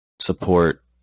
support